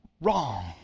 wrong